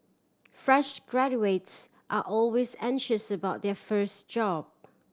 fresh graduates are always anxious about their first job